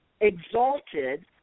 exalted